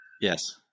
Yes